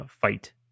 fight